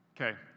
Okay